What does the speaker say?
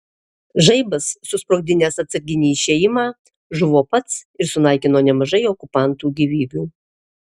žaibas susprogdinęs atsarginį išėjimą žuvo pats ir sunaikino nemažai okupantų gyvybių